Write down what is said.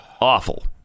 Awful